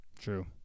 True